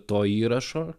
to įrašo